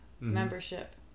membership